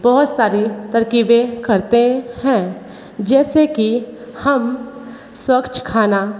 बहुत सारी तरक़ीबें करते हैं जैसे कि हम स्वच्छ खाना